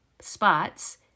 spots